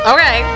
Okay